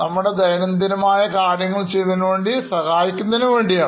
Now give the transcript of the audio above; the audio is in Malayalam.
നമ്മുടെ ദൈനംദിന ആയ കാര്യങ്ങൾ ചെയ്യുന്നതിന് വേണ്ടി സഹായിക്കുന്നതിനു വേണ്ടിയാണ്